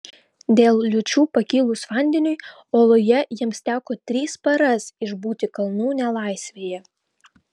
dėl liūčių pakilus vandeniui oloje jiems teko tris paras išbūti kalnų nelaisvėje